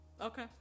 Okay